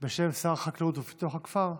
בשם שר החקלאות ופיתוח הכפר על